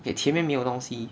okay 前面没有东西